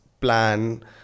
Plan